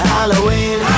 Halloween